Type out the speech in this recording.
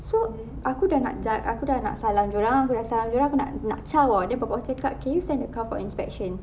so aku sudah nak ja~ aku sudah nak salam dia orang aku sudah salam dia orang aku nak nak chao [tau] then bapa aku cakap can you send the car for inspection